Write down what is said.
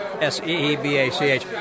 S-E-E-B-A-C-H